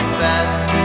best